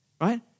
right